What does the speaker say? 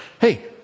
hey